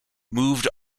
moved